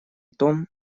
том